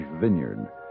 vineyard